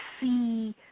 see